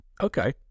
Okay